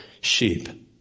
sheep